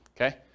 okay